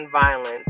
violence